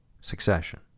Succession